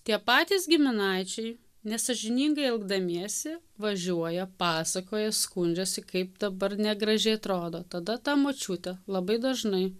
tie patys giminaičiai nesąžiningai elgdamiesi važiuoja pasakoja skundžiasi kaip dabar negražiai atrodo tada ta močiutė labai dažnai